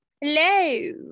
hello